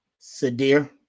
Sadir